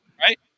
Right